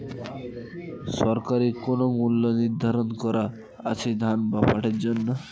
সরকারি কোন মূল্য নিধারন করা আছে ধান বা পাটের জন্য?